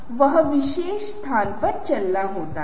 अब उनके मन पर विशिष्ट मनोवैज्ञानिक प्रभाव पड़ता है